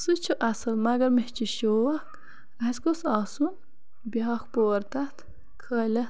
سُہ چھُ اصل مگر مےٚ چھُ شوق اَسہِ گوٚژھ آسُن بیاکھ پوٚہَر تتھ کھٲلِتھ